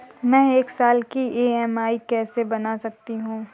मैं एक साल की ई.एम.आई कैसे बना सकती हूँ?